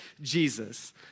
Jesus